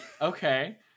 okay